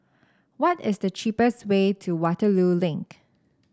what is the cheapest way to Waterloo Link